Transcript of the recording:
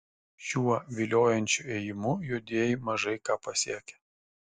šiuo viliojančiu ėjimu juodieji mažai ką pasiekia